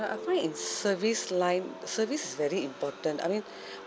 I find in service line service very important I mean